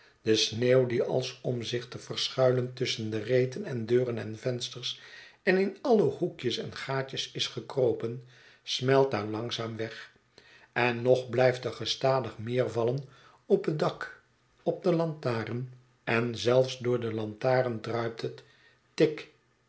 de sneeuw die als om zich te verschuilen tusschen de reten van deuren en vensters en in alle hoekjes en gaatjes is gekropen smelt daar langzaam weg en nog blijft er gestadig meer vallen op het dak op de lantaren en zelfs door de lantaren druipt het tik